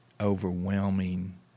overwhelming